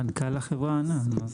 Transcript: מנכ"ל החברה ענה.